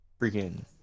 freaking